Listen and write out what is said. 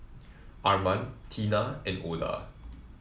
Arman Tina and Oda